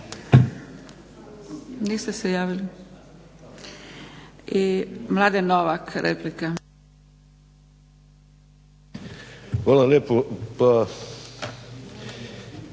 Niste se javili. I Mladen Novak, replika.